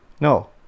No